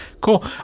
Cool